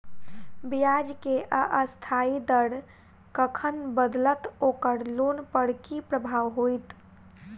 ब्याज केँ अस्थायी दर कखन बदलत ओकर लोन पर की प्रभाव होइत?